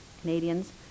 Canadians